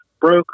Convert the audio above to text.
broke